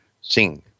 Sing